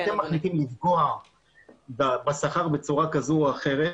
אתם מחליטים לפגוע בשכר בצורה כזו או אחרת,